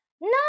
no